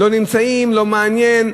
לא נמצאים, לא מעניין,